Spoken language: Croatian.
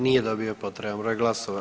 Nije dobio potreban broj glasova.